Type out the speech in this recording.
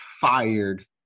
fired